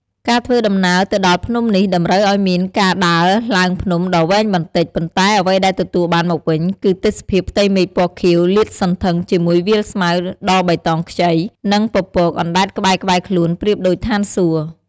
ការធ្វើដំណើរទៅដល់ភ្នំនេះតម្រូវឲ្យមានការដើរឡើងភ្នំដ៏វែងបន្តិច ប៉ុន្តែអ្វីដែលទទួលបានមកវិញ គឺទេសភាពផ្ទៃមេឃពណ៌ខៀវលាតសន្ធឹងជាមួយវាលស្មៅដ៏បៃតងខ្ចី និងពពកអណ្ដែតក្បែរៗខ្លួនប្រៀបដូចឋានសួគ៌។